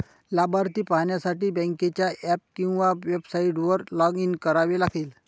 लाभार्थी पाहण्यासाठी बँकेच्या ऍप किंवा वेबसाइटवर लॉग इन करावे लागेल